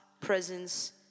presence